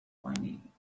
whinnying